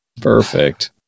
Perfect